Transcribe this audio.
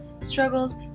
struggles